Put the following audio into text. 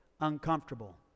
uncomfortable